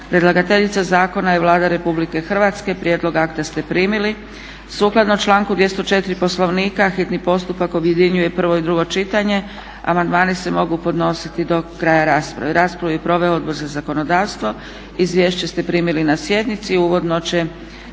Predlagateljica zakona je Vlada RH. Prijedlog akta ste primili. Sukladno članku 204. Poslovnika hitni postupak objedinjuje prvo i drugo čitanje. Amandmani se mogu podnositi do kraja rasprave. Raspravu je proveo odbor za zakonodavstvo. Izvješće ste primili na sjednici. Uvodno će